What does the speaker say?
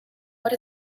but